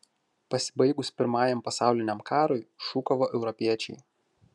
pasibaigus pirmajam pasauliniam karui šūkavo europiečiai